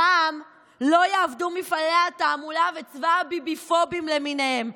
הפעם לא יעבדו מפעלי התעמולה וצבא הביביפובים למיניהם.